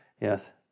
Yes